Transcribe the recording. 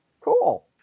Cool